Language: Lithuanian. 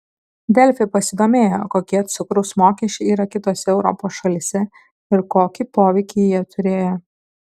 delfi pasidomėjo kokie cukraus mokesčiai yra kitose europos šalyse ir kokį poveikį jie turėjo